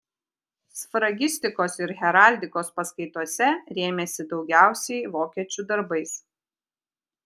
sfragistikos ir heraldikos paskaitose rėmėsi daugiausiai vokiečių darbais